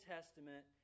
Testament